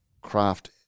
craft